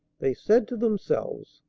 they said to themselves,